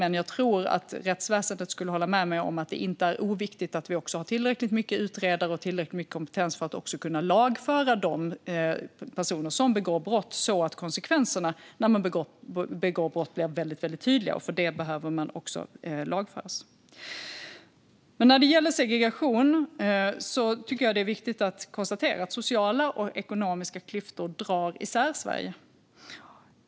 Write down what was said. Men jag tror att rättsväsendet skulle hålla med mig om att det inte är oviktigt att det också finns tillräckligt många utredare och tillräckligt med kompetens för att kunna lagföra de personer som begår brott, så att konsekvenserna av att begå brott blir tydliga. Det är viktigt att konstatera att i fråga om segregation drar sociala och ekonomiska klyftor isär Sverige.